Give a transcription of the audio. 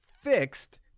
fixed